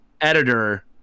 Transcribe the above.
editor